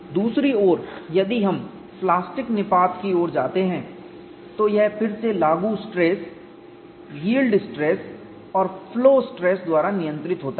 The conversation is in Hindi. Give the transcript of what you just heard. दूसरी ओर यदि हम प्लास्टिक निपात की ओर जाते हैं तो यह फिर से लागू स्ट्रेस यील्ड स्ट्रेस और फ्लो स्ट्रेस द्वारा नियंत्रित होता है